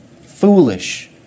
foolish